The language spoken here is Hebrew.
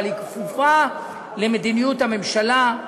אבל היא כפופה למדיניות הממשלה,